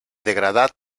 degradat